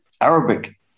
Arabic